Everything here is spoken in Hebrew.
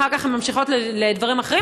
אחר כך הן ממשיכות לדברים אחרים,